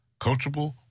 coachable